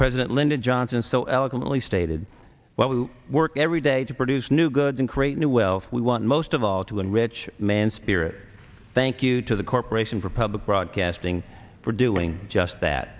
president lyndon johnson so eloquently stated what we will work every day to produce new goods and create new wealth we want most of all to enrich man spirit thank you to the corporation for public broadcasting for doing just that